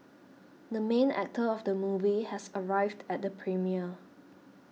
the main actor of the movie has arrived at the premiere